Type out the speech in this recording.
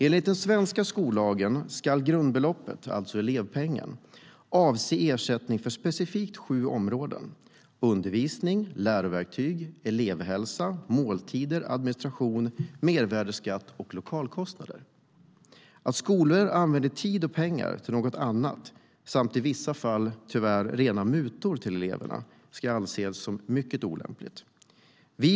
Enligt den svenska skollagen ska grundbeloppet, alltså elevpengen, avse ersättning för specifikt sju områden: undervisning, lärverktyg, elevhälsa, måltider, administration, mervärdesskatt och lokalkostnader. Att skolor använder tid och pengar till något annat och i vissa fall tyvärr till rena mutor till eleverna ska anses som mycket olämpligt.